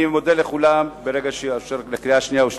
אני מודה לכולם ומקווה שהחוק יאושר בקריאה שנייה ושלישית.